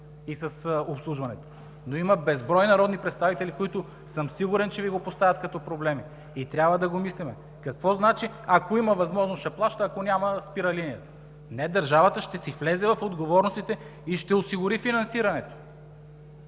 и с обслужването, но има безброй народни представители, които съм сигурен, че го поставят като проблем. И трябва да го мислим. Какво значи: ако има възможност – ще плаща, ако няма – спира линията?! Не, държавата ще си влезе в отговорностите и ще осигури финансирането.